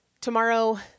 tomorrow